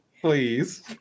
Please